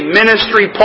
ministry